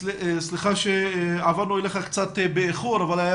סליחה שעברנו אליך קצת באיחור אבל היה